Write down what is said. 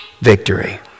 victory